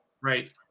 right